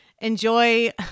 enjoy